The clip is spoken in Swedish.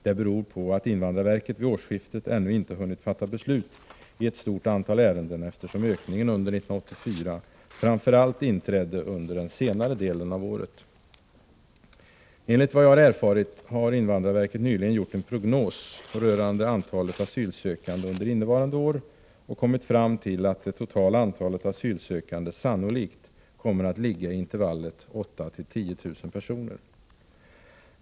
Det beror på att invandrarverket vid årsskiftet ännu inte hunnit fatta beslut i ett stort antal ärenden, eftersom ökningen under 1984 framför allt inträdde under den senare delen av året. Enligt vad jag har erfarit har invandrarverket nyligen gjort en prognos rörande antalet asylsökande under innevarande år och kommit fram till att det totala antalet asylsökande sannolikt kommer att ligga i intervallet 8 000-10 000 personer.